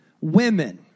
women